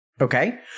Okay